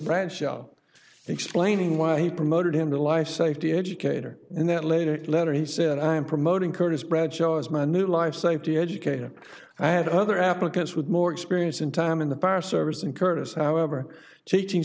bradshaw explaining why he promoted him to life safety educator and that later letter he said i'm promoting curtis bradshaw as my new life safety educator i had other applicants with more experience in time in the fire service and curtis however teaching